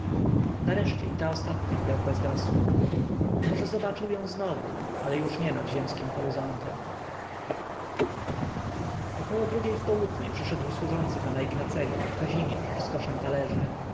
nareszcie i ta ostatnia gwiazda zgasła może zobaczył ją znowu ale już nie nad ziemskim horyzontem około drugiej w południe przyszedł służący pana ignacego kazimierz z koszem talerzy